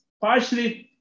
partially